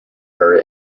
her